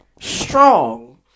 strong